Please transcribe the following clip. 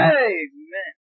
amen